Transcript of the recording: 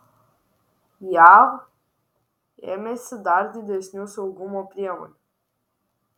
jav ėmėsi dar didesnių saugumo priemonių